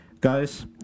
guys